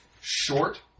short